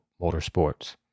motorsports